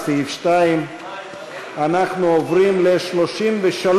לסעיף 2. אנחנו עוברים ל-33,